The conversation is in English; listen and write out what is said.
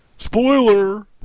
Spoiler